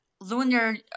Lunar